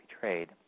betrayed